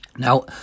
Now